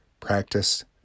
Practice